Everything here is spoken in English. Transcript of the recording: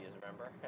remember